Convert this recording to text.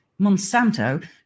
Monsanto